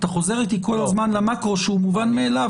ואתה חוזר איתי כל הזמן למקרו שהוא מובן מאליו.